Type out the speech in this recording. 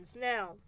Now